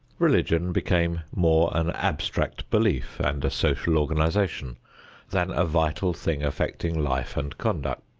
religion became more an abstract belief and a social organization than a vital thing affecting life and conduct.